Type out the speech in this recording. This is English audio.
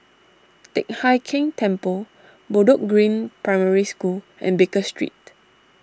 Teck Hai Keng Temple Bedok Green Primary School and Baker Street